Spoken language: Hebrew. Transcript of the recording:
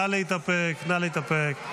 נא להתאפק.